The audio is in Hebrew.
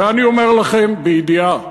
ואני אומר לכם בידיעה,